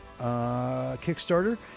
Kickstarter